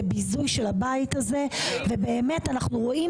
זה ביזוי של הבית הזה ובאמת אנחנו רואים